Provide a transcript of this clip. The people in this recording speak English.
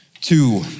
Two